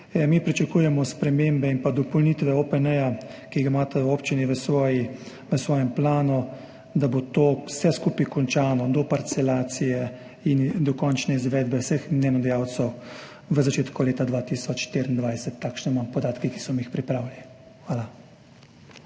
Mi pričakujemo za spremembe in dopolnitve OPN, ki ga imata občini v svojem planu, da bo to vse skupaj končano do parcelacije in dokončne izvedbe vseh mnenjedajalcev v začetku leta 2024. Takšne imam podatke, ki so mi jih pripravili. Hvala.